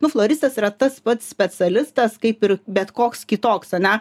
nu floristas yra tas pats specialistas kaip ir bet koks kitoks ane